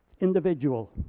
individual